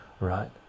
right